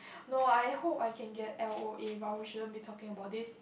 no I hope I can get L_O_A but we shouldn't be talking about this